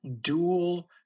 dual